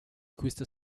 questa